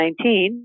2019